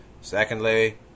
Secondly